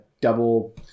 double